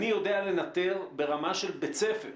אני יודע לנטר, ברמה של בית ספר,